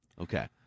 Okay